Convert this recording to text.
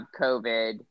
COVID